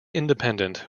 independent